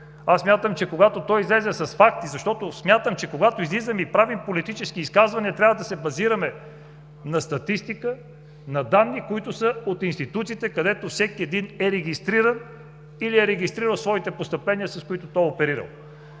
аз смятам, че когато той излезе с факти, защото смятам, че когато излизаме и правим политически изказвания, трябва да се базираме на статистика, на данни, които са от институциите, където всеки един е регистриран или е регистрирал своите постъпления, с които е оперирал.